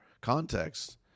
context